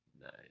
Nice